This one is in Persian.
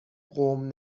قوم